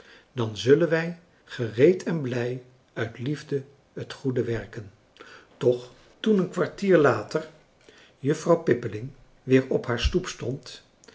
dan zullen wij gereed en blij uit liefde t goede werken toch toen een kwartier later juffrouw pippeling weer op haar stoep stond